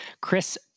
Chris